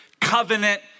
covenant